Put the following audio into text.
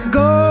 go